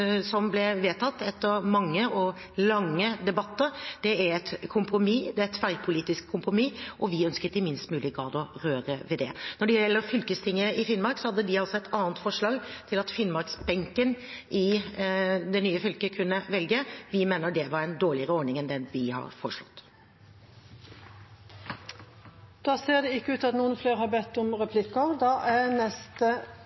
som ble vedtatt etter mange og lange debatter. Det er et tverrpolitisk kompromiss, og vi ønsket i minst mulig grad å røre ved det. Når det gjelder Fylkestinget i Finnmark, hadde de et forslag om at finnmarksbenken i det nye fylket kunne velge. Vi mener at det er en dårligere ordning enn den vi har foreslått. Replikkordskiftet er omme. Jeg kjenner at jeg dirrer litt. For litt over ett år siden sto jeg her på denne talerstolen og snakket om